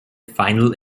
final